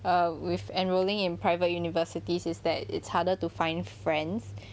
uh with enrolling in private universities is that it's harder to find friends